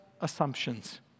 assumptions